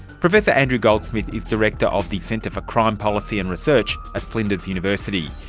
professor andrew goldsmith is director of the centre for crime policy and research at flinders university.